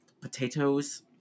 potatoes